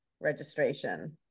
registration